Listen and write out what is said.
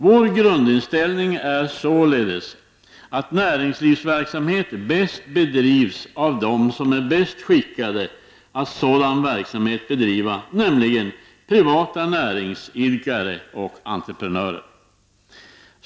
Vår grundinställning är således att näringslivsverksamhet bäst bedrivs av dem som är bäst skickade att sådan verksamhet bedriva, nämligen privata näringsidkare och entreprenörer.